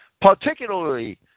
Particularly